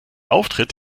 auftritt